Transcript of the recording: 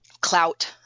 clout